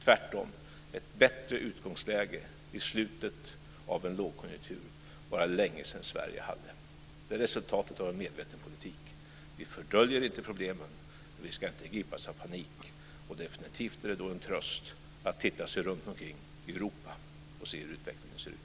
Tvärtom - ett bättre utgångsläge i slutet av en lågkonjunktur var det länge sedan Sverige hade. Det är resultatet av en medveten politik. Vi fördöljer inte problemen, men vi ska inte gripas av panik. Definitivt är det då en tröst att titta sig runtomkring i Europa och se hur utvecklingen ser ut.